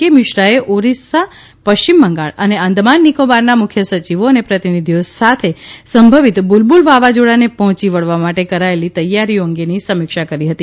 કે મીશ્રાએ ઓરિસ્સા પશ્રિમ બંગાળ અને આંદમાન નિકોબારના મુખ્ય સચિવો અને પ્રતિનિધિઓ સાથે બાબુલ વાવાઝીડાને પહોચી વળ્વા માટે કરાથેલી તૈયારીઓ અંગેની સમીક્ષા કરી હતી